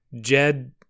jed